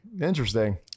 Interesting